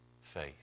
Faith